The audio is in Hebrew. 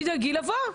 תדאגי לבוא.